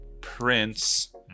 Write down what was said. prince